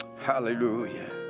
Hallelujah